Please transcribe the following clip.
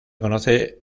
conoce